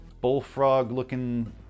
bullfrog-looking